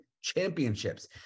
Championships